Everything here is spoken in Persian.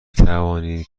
توانید